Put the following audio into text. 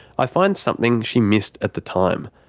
i find something she missed at the time.